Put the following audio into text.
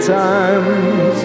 times